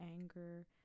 anger